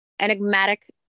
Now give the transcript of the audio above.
enigmatic